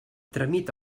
tramita